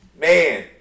Man